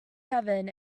heaven